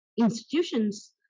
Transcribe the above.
institutions